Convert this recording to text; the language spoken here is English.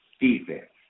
defense